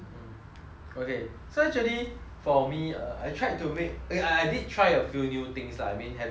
okay so actually for me uh I tried to make I I did try a few new things that I mean having so much time